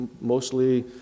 mostly